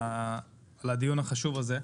על הדיון החשוב הזה.